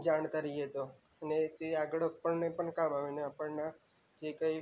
જાણતા રહીએ તો અને તે આગળ આપણે પણ કામ આવે આપણાના જે કંઈ